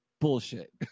bullshit